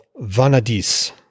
vanadis